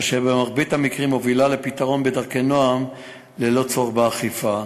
אשר במרבית המקרים מובילה לפתרון בדרכי נועם ללא צורך באכיפה.